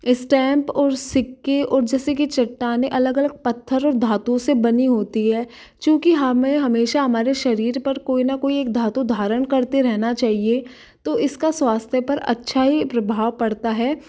stamp और सिक्के और जैसे कि चट्टानें अलग अलग पत्थर और धातु से बनी होती है चूँकि हमें हमेशा हमारे शरीर पर कोई न कोई एक धातु धारण करते रहना चाहिए तो इसका स्वास्थ्य पर अच्छा ही प्रभाव पड़ता है